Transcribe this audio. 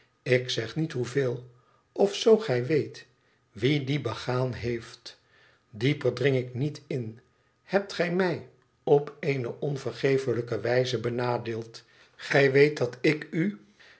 ik zeg niet hoeveel of zoo gij weet wie dien begaan heeft dieper dring ik niet in hebt gij mij op eene onvergeeflijke wijze benadeeld gij weet dat ik u